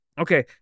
Okay